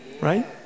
Right